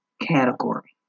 category